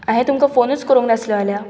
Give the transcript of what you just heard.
हाये तुमकां फॉनूच करुंक नासलो जाल्यार